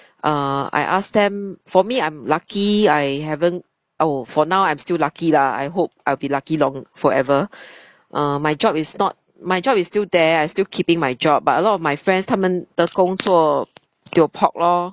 uh I ask them for me I'm lucky I haven't oh for now I'm still lucky lah I hope I'll be lucky long forever uh my job is not my job is still there I still keeping my job but a lot of my friends 他们的工作 tio pok lor